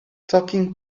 talking